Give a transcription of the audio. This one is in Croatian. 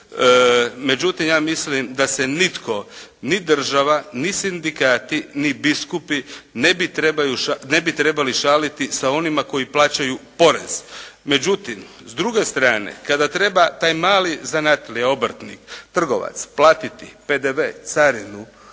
Međutim ja mislim da se nitko, ni država ni sindikati ni biskupi ne bi trebali šaliti sa onima koji plaćaju porez. Međutim s druge strane kada treba taj mali zanatlija, obrtnik, trgovac platiti PDV, carinu